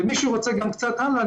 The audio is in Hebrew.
מי שרוצה גם קצת הלאה,